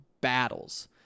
battles